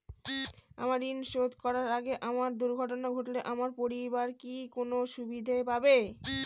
আমার ঋণ শোধ করার আগে আমার দুর্ঘটনা ঘটলে আমার পরিবার কি কোনো সুবিধে পাবে?